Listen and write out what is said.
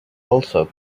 also